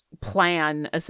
plan